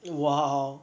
!wow!